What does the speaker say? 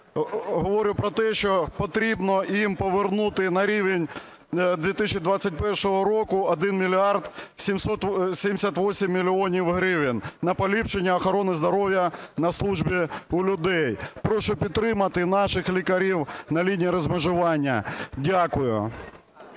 говорю про те, що потрібно їм повернути на рівень 2021 року 1 мільярд 778 мільйонів гривень на поліпшення охорони здоров'я на службі у людей. Прошу підтримати наших лікарів на лінії розмежування. Дякую.